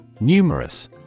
Numerous